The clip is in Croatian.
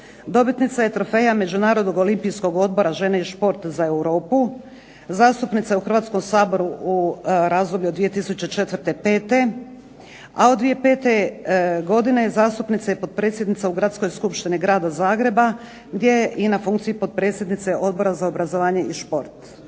Dobitnica je trofeja Međunarodnog olimpijskog odbora "Žene i šport za Europu", zastupnica je u Hrvatskom saboru u razdoblju od 2004., 2005., a od 2005. godine je zastupnica i potpredsjednica u Gradskoj skupštini Grada Zagreba gdje je i na funkciji potpredsjednice Odbora za obrazovanje i šport.